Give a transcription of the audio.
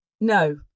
No